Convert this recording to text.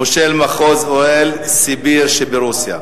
מושל מחוז אורל-סיביר שברוסיה,